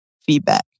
feedback